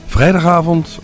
Vrijdagavond